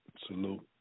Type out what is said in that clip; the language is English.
salute